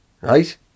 right